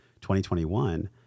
2021